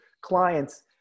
clients